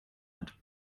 hat